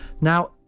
Now